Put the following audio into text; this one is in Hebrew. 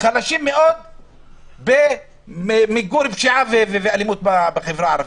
חלשים מאוד במיגור פשיעה ואלימות בחברה הערבית.